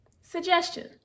suggestion